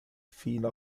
fino